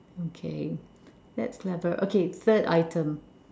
okay that's clever okay third item